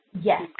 yes